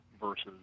versus